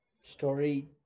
story